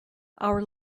our